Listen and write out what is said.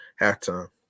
halftime